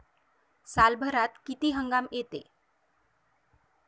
सालभरात किती हंगाम येते?